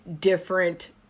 different